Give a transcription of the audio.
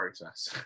process